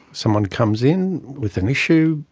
someone comes in with an issue,